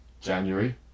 January